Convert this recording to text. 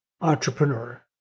entrepreneur